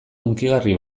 hunkigarri